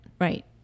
Right